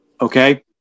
Okay